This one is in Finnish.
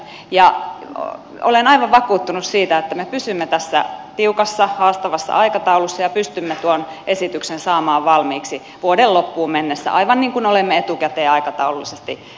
olen aivan vakuuttunut siitä että me pysymme tässä tiukassa haastavassa aikataulussa ja pystymme tuon esityksen saamaan valmiiksi vuoden loppuun mennessä aivan niin kuin olemme etukäteen aikataulullisesti sanoneet